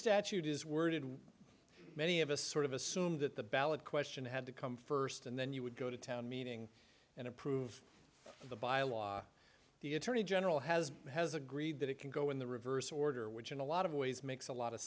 statute is worded many of us sort of assume that the ballot question had to come first and then you would go to town meeting and approve the bylaw the attorney general has has agreed that it can go in the reverse order which in a lot of ways makes a lot of